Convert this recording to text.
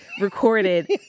recorded